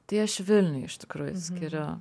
tai aš vilniui iš tikrųjų skiriu